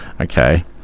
okay